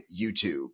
YouTube